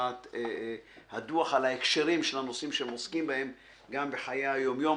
בכתיבת הדוח על ההקשרים של הנושאים שהם עוסקים בהם גם בחיי היום-יום,